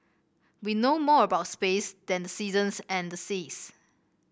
we know more about space than the seasons and the seas